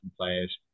players